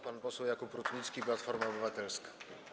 Pan poseł Jakub Rutnicki, Platforma Obywatelska.